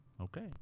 okay